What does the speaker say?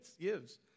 gives